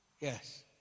Yes